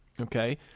okay